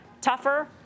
tougher